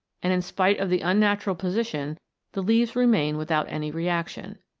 and in spite of the unnatural position the leaves remain without any reaction.